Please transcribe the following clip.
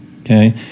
okay